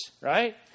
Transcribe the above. right